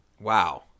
Wow